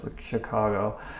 Chicago